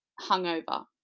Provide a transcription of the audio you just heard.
hungover